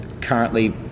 currently